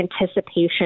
anticipation